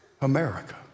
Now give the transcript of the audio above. America